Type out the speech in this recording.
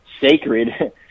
sacred